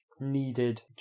needed